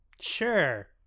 Sure